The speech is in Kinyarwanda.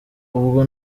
ubwo